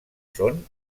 són